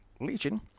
Legion